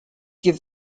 give